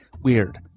Weird